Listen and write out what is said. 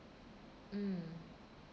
mm